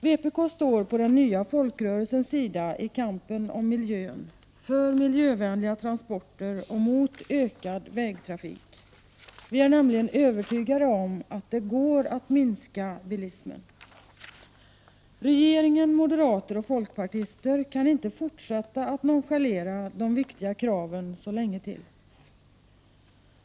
Vpk står på den nya folkrörelsens sida i kampen om miljön, för miljövänliga transporter och mot ökad vägtrafik. Vi är nämligen övertygade 63 Prot. 1988/89:107 om att det går att minska bilismen. Regeringen, moderater och folkpartister kan inte fortsätta att nonchalera de viktiga kraven så länge till.